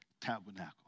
tabernacle